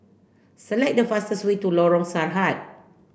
select the fastest way to Lorong Sahad